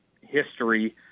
history